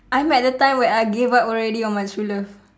I'm at the time where I gave up already on my true love